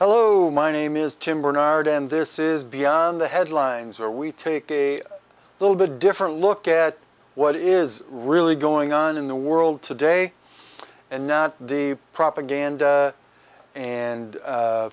hello my name is jim barnard and this is beyond the headlines are we taking a little bit different look at what is really going on in the world today and not the propaganda and